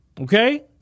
Okay